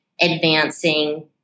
advancing